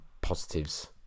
positives